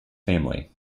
family